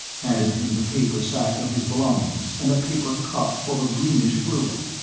handed him the paper sack of his belongings, and a paper cup full of greenish fluid.